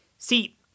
See